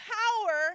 power